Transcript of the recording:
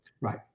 Right